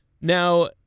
Now